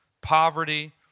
poverty